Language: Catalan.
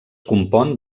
compon